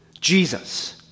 Jesus